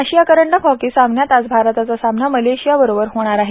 आशिया करंडक हॉकी सामन्यात आज भारताचा सामना मलेशियाबरोबर होणार आहे